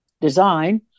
design